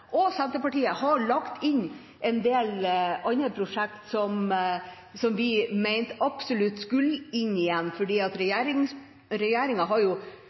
Senterpartiet har lagt inn en del andre prosjekter som vi mente absolutt skulle inn igjen, for regjeringa har jo